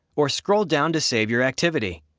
or scroll down to save your activity.